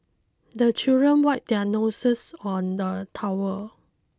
the children wipe their noses on the towel